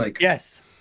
Yes